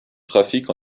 trafic